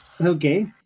Okay